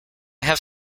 have